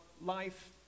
life